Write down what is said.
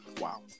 Wow